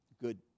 good